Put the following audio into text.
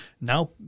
Now